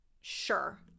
Sure